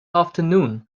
afternoon